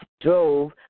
drove